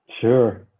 Sure